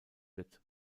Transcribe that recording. wird